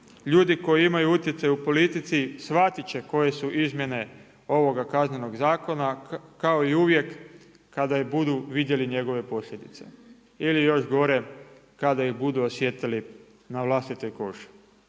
ljudi koji imaju utjecaj u politici shvatiti će koje su izmjene ovoga Kaznenog zakona kao i uvijek kada budu vidjeli njegove posljedice ili još gore kada ih budu osjetili na vlastitoj koži.